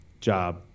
job